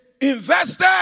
invested